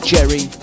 Jerry